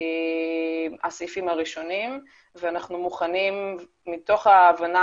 הסעיפים הראשונים ואנחנו מוכנים מתוך ההבנה